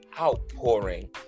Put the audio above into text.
outpouring